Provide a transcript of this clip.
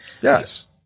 Yes